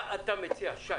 מה אתה מציע, שי.